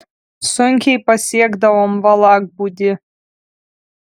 sunkiai pasiekdavom valakbūdį